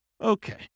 Okay